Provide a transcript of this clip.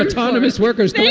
like follow his workers.